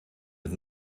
het